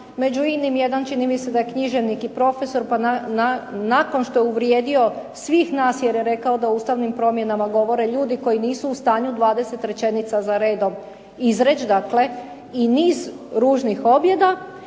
među inim jedan čini mi se da je književnik i profesor, pa nakon što je uvrijedio svih nas jer je rekao da o Ustavnim promjenama govore ljudi koji nisu u stanju 20 rečenica zaredom izreći, dakle i niz ružnih objeda,